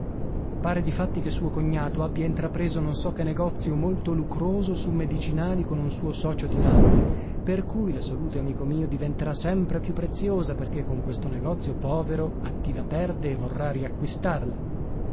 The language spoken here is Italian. pare difatti che suo cognato abbia intrapreso non so che negozio molto lucroso su medicinali con un suo socio di napoli per cui la salute amico mio diventerà sempre più preziosa perché con questo negozio povero a chi la perde e vorrà riacquistarla